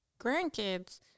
grandkids